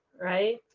right